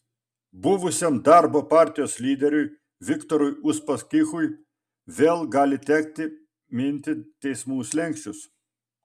buvusiam darbo partijos lyderiui viktorui uspaskichui vėl gali tekti minti teismų slenksčius